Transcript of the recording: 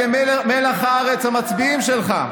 אלה מלח הארץ, המצביעים שלך.